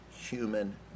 human